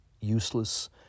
useless